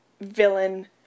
villain